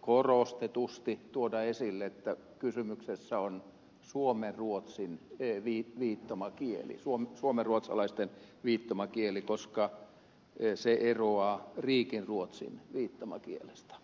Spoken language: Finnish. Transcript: korostetusti tuoda esille että kysymyksessä on suomeen ruotsiin pepi viittomakieli suomi suomenruotsalaisten viittomakieli koska se eroaa riikinruotsin viittomakielestä